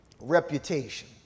reputation